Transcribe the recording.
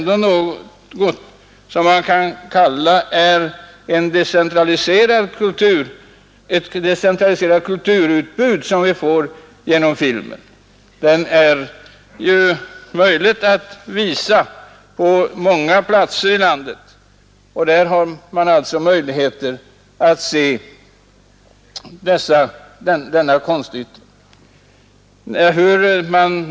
Detta är ett decentraliserat kulturutbud genom att det är möjligt att visa filmerna på många platser i landet där människorna har tillfälle att ta del av denna konstyttring.